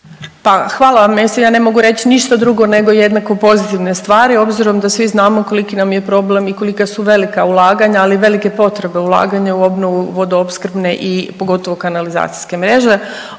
vam. Doista ja ne mogu reći ništa drugo nego jednako pozitivne stvari obzirom da svi znamo koliki nam je problem i kolika su velika ulaganja, ali i velike potrebe ulaganja u obnovu vodoopskrbne i pogotovo kanalizacijske mreže.